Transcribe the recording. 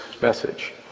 message